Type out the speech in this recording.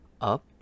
Up